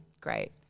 great